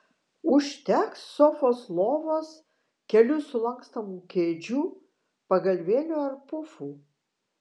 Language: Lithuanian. užteks sofos lovos kelių sulankstomų kėdžių pagalvėlių ar pufų